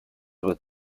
with